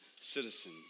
citizen